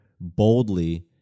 boldly